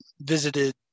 visited